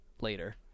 later